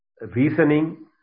reasoning